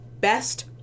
best